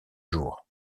jour